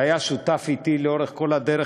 שהיה שותף אתי לאורך כל הדרך,